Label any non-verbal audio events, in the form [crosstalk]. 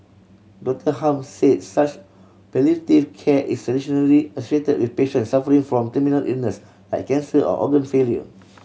Doctor Hum say such palliative care is traditionally [unintelligible] with patient suffering from terminal illness I cancer or organ failure